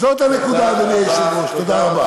זאת הנקודה, תודה רבה.